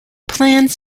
planned